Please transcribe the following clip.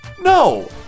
No